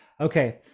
Okay